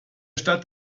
stadt